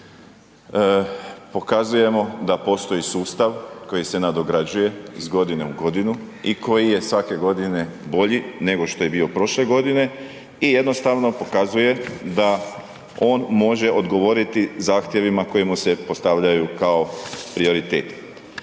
pokazujemo da postoji sustav koji se nadograđuje iz godinu u godinu i koji je svake godine bolji nego što je bio prošle godine i jednostavno pokazuje da on može odgovoriti zahtjevima koji mu se postavljaju kao prioritet.